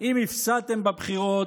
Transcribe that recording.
אם הפסדתם בבחירות,